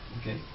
okay